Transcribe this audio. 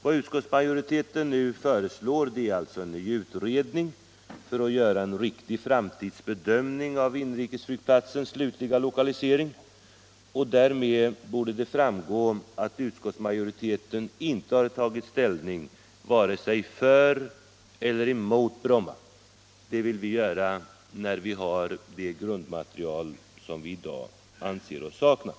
Vad utskottsmajoriteten nu föreslår är alltså en ny utredning för att göra en riktig framtidsbedömning av inrikesflygplatsens slutliga lokalisering. Därmed borde det framgå att utskottsmajoriteten inte har tagit ställning vare sig för eller emot Bromma. Det vill vi göra när vi har det grundmaterial som vi i dag anser oss sakna.